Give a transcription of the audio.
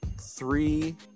three